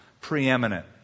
preeminent